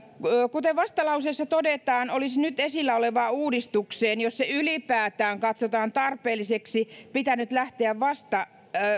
kuten vastalauseessa todetaan olisi nyt esillä olevaan uudistukseen jos se ylipäätään katsotaan tarpeelliseksi pitänyt lähteä vasta